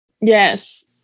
Yes